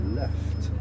left